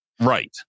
Right